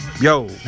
yo